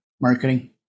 marketing